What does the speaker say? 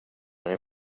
din